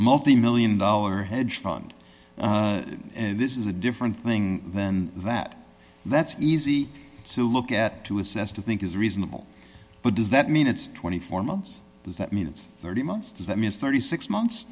multi million dollar hedge fund this is a different thing than that that's easy to look at to assess to think is reasonable but does that mean it's twenty four months does that mean it's thirty months does that means thirty six months